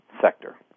sector